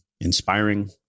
inspiring